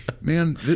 man